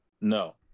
No